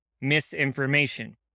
misinformation